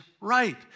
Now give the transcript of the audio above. right